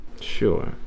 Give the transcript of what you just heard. Sure